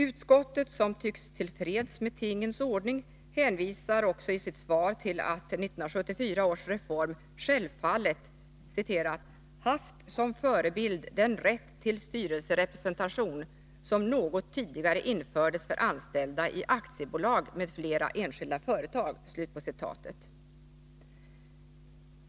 Utskottet, som tycks vara till freds med tingens ordning, hänvisar också i sin skrivning till att 1974 års reform självfallet ”haft som förebild den rätt till styrelserepresentation som något tidigare infördes för anställda i aktiebolag m.fl. enskilda företag”.